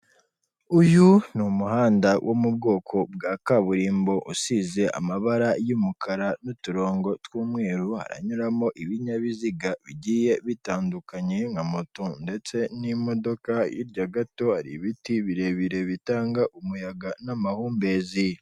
Uyu ni umuhanda wo mu bwoko bwa kaburimbo usize amabara y'umukara n'uturongo tw'umweru, haranyuramo ibinyabiziga bigiye bitandukanye nka moto ndetse n'imodoka, hirya gato hari ibiti birebire bitanga umuyaga n'amahumbezi.